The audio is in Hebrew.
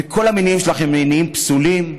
וכל המניעים שלך הם מניעים פסולים,